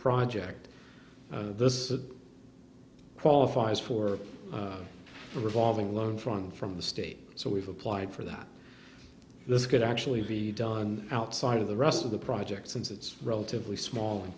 project this qualifies for a revolving loan from from the state so we've applied for that this could actually be done outside of the rest of the project since it's relatively small in